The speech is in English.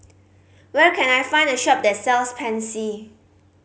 where can I find a shop that sells Pansy